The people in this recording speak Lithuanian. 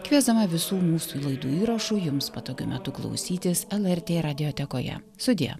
kviesdama visų mūsų laidų įrašų jums patogiu metu klausytis lrt radiotekoje sudie